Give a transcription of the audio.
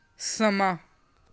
ਸਮਾਂ